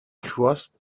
crossed